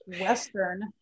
Western